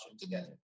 together